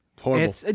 Horrible